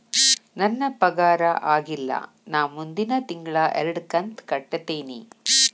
ನನ್ನ ಪಗಾರ ಆಗಿಲ್ಲ ನಾ ಮುಂದಿನ ತಿಂಗಳ ಎರಡು ಕಂತ್ ಕಟ್ಟತೇನಿ